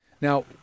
Now